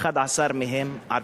11 הן ערביות.